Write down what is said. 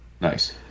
Nice